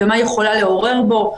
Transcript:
ומה היא יכולה לעורר בו,